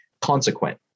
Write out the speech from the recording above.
consequent